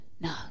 No